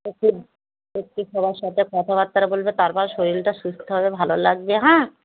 একটু একটু সবার সাথে কথাবার্তা বলবে তারপর শরীরটা সুস্থ হবে ভালো লাগবে হ্যাঁ